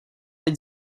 teď